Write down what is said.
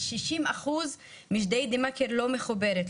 60% מג'דיידה מכר לא מחוברת לחשמל.